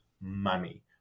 money